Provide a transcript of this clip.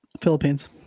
Philippines